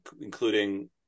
including